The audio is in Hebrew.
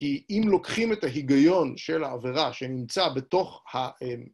כי אם לוקחים את ההיגיון של העבירה שנמצא בתוך ה...